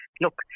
look